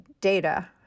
data